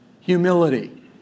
Humility